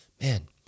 man